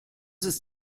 ist